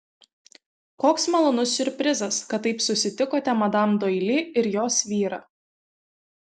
koks malonus siurprizas kad taip susitikote madam doili ir jos vyrą